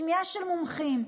שמיעה של מומחים,